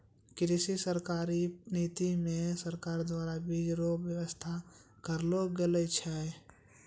कृषि पर सरकारी नीति मे सरकार द्वारा बीज रो वेवस्था करलो गेलो छै